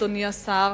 אדוני השר,